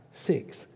six